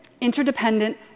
interdependent